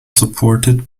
supported